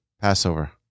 Passover